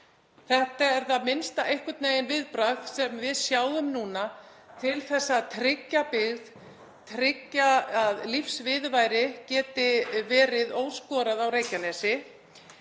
þetta er það minnsta viðbragð sem við sjáum núna til að tryggja byggð, tryggja að lífsviðurværi geti verið óskorað á Reykjanesi.